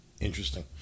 interesting